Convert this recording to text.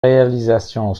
réalisations